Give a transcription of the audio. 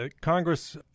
Congress